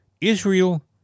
Israel